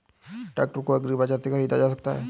Tractor को agri bazaar से कैसे ख़रीदा जा सकता हैं?